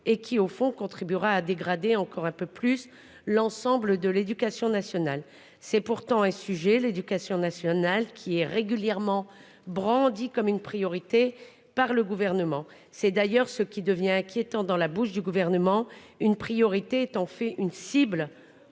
et qui au fond contribuera à dégrader encore un peu plus l'ensemble de l'éducation nationale. C'est pourtant un sujet l'éducation nationale qui est régulièrement brandie comme une priorité par le gouvernement, c'est d'ailleurs ce qui devient inquiétant dans la bouche du gouvernement une priorité est en fait une cible